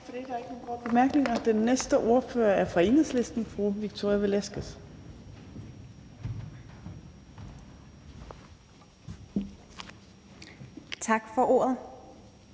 for det. Der er ikke nogen korte bemærkninger. Den næste ordfører er fra Enhedslisten. Fru Victoria Velasquez. Kl.